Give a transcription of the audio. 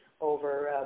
over